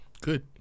Good